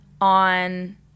on